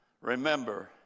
Remember